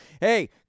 Hey